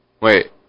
Wait